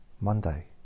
Monday